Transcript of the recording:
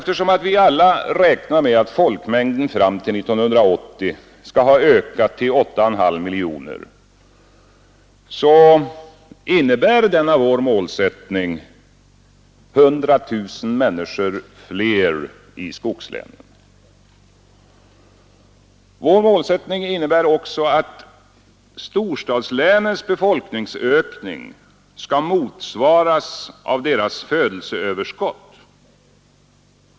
Eftersom vi alla räknar med att folkmängden fram till 1980 skall ha ökat till 8,5 miljoner innebär denna vår målsättning 100 000 fler människor i skogslänen. Vår målsättning innebär också att storstadslänens befolkningsökning skall motsvaras av deras födelseöverskott.